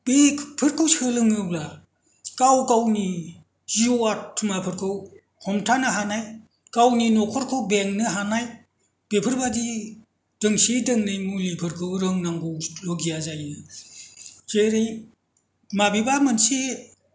बेफोरखौ सोलोङोब्ला गाव गावनि जिउ आत्माफोरखौ हमथानो हानाय गावनि न'खरखौ बेंनो हानाय बेफोरबायदि दोंसे दोंनै मुलिफोरखौ रोंनांगौ लगिया जायो जेरै बबेबा मोनसे